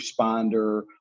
responder